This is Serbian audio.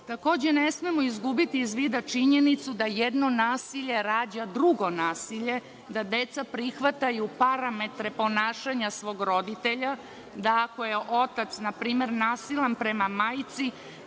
čulo. Takođe, ne smemo izgubiti iz vida činjenicu da jedno nasilje rađa drugo nasilje, da deca prihvataju parametre ponašanja svog roditelja, da ako je otac na primer nasilan prema majci,